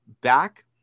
back